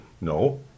No